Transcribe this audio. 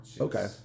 Okay